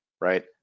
right